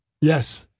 Yes